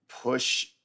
push